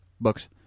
books